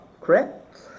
correct